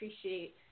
appreciate